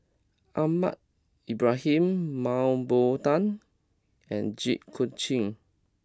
Ahmad Ibrahim Mah Bow Tan and Jit Koon Ch'ng